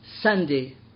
Sunday